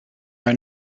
are